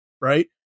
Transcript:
right